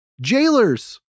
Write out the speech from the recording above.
jailers